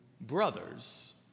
brothers